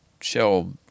shell